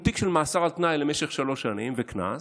הוא תיק של מאסר על תנאי למשך שלוש שנים וקנס,